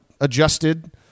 adjusted